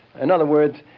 in other words,